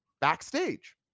backstage